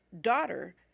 Daughter